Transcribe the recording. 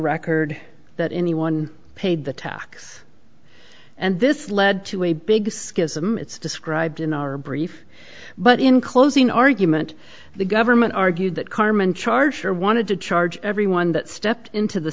record that anyone paid the tax and this led to a big schism it's described in our brief but in closing argument the government argued that carmen charger wanted to charge everyone that stepped into the